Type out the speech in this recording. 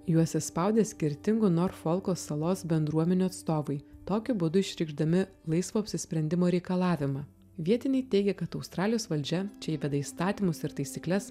juos įspaudė skirtingų norfolko salos bendruomenių atstovai tokiu būdu išreikšdami laisvo apsisprendimo reikalavimą vietiniai teigia kad australijos valdžia čia įveda įstatymus ir taisykles